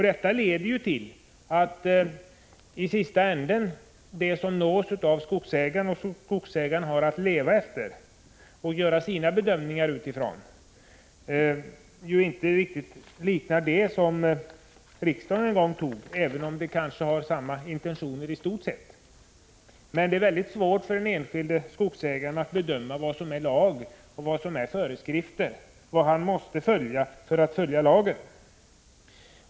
Detta leder till att det som skogsägaren till slut nås av och som han skall leva efter och utgå från i sina bedömningar inte riktigt liknar det som riksdagen en gång fattade beslut om, även om det i stort sett kanske har samma intentioner. Det är alltså svårt för den enskilde skogsägaren att avgöra vad som är föreskrifter och vad som är rekommendationer, vad han måste iaktta för att följa lagen.